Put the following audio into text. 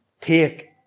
Take